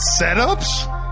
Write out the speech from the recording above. setups